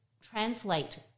translate